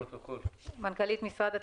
אני מנכ"לית משרד התקשורת.